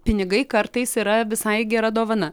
pinigai kartais yra visai gera dovana